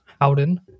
Howden